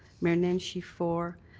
mayor nenshi for.